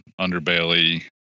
underbelly